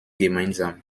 gemeinsam